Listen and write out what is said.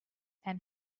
and